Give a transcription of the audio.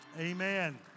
Amen